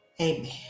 Amen